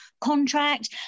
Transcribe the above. contract